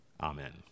Amen